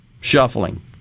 shuffling